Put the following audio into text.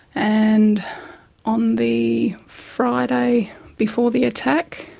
and on the friday before the attack,